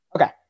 Okay